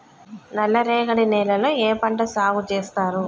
నల్లరేగడి నేలల్లో ఏ పంట సాగు చేస్తారు?